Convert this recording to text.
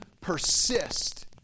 persist